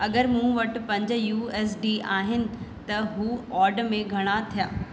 अगरि मूं वटि पंज यू एस डी आहिनि त हू ऑड में घणा थिया